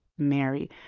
Mary